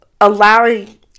allowing